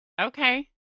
Okay